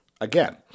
again